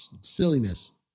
silliness